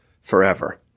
forever